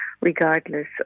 regardless